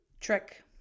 trick